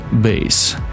bass